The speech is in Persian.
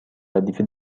ردیف